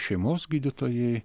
šeimos gydytojai